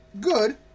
Good